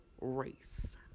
race